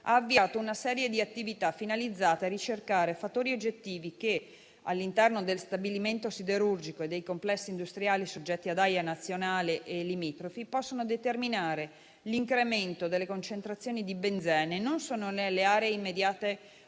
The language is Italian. ha avviato una serie di attività finalizzate a ricercare fattori oggettivi che, all'interno dello stabilimento siderurgico e dei complessi industriali soggetti ad AIA nazionale e limitrofi, possono determinare l'incremento delle concentrazioni di benzene fino a livelli molto